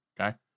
okay